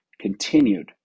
continued